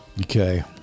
Okay